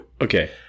Okay